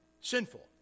sinful